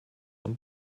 und